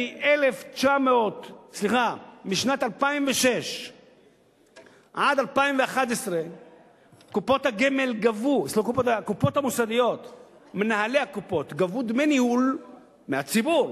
משנת 2006 ועד 2011 מנהלי הקופות המוסדיות גבו דמי ניהול מהציבור,